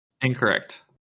Incorrect